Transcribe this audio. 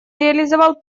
реализовывал